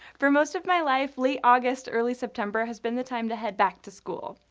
for most of my life, late august early september has been the time to head back to school.